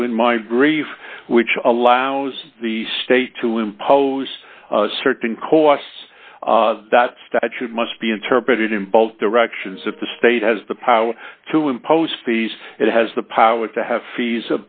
to in my brief which allows the state to impose certain costs that statute must be interpreted in both directions if the state has the power to impose fees it has the power to have fees